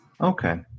Okay